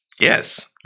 Yes